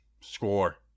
Score